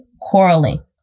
quarreling